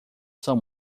são